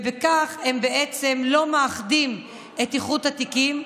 ובכך הם בעצם לא מאחדים את איחוד התיקים,